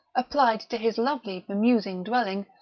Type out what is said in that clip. applied to his lovely bemusing dwelling,